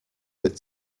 that